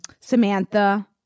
Samantha